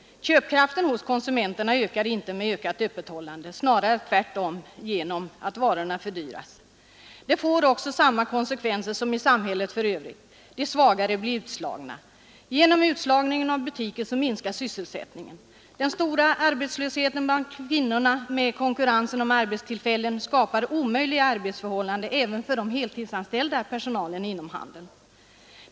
Köpkraften hos konsumenterna ökar inte med ökat öppethållande, snarare tvärtom genom att varorna fördyras. Det får också samma konsekvenser som i samhället för övrigt — de svagare blir utslagna. Genom utslagningen av butiker minskar sysselsättningen. Den stora arbetslösheten bland kvinnorna, med konkurensen om arbetstillfällen, skapar omöjliga arbetsförhållanden även för den heltidsanställda personalen inom handeln.